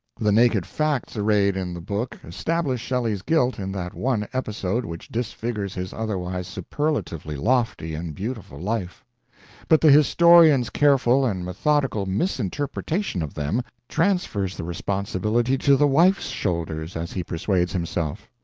the naked facts arrayed in the book establish shelley's guilt in that one episode which disfigures his otherwise superlatively lofty and beautiful life but the historian's careful and methodical misinterpretation of them transfers the responsibility to the wife's shoulders as he persuades himself.